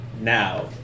now